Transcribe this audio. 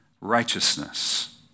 righteousness